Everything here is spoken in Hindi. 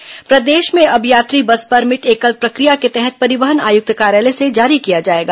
परिवहन बैठक प्रदेश में अब यात्री बस परमिट एकल प्रक्रिया के तहत परिवहन आयुक्त कार्यालय से जारी किया जाएगा